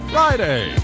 Friday